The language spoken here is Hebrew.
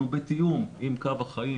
אנחנו בתיאום עם קו החיים.